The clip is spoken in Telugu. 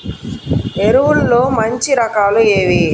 ఎరువుల్లో మంచి రకాలు ఏవి?